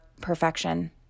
perfection